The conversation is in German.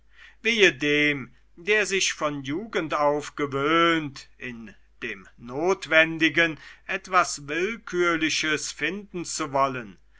wehe dem der sich von jugend auf gewöhnt in dem notwendigen etwas willkürliches finden zu wollen